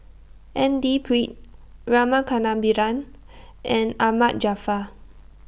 N D Pritt Rama Kannabiran and Ahmad Jaafar